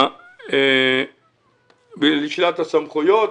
לשאלת הסמכויות.